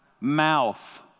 mouth